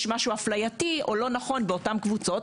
משהו אפלייתי או לא נכון באותן קבוצות,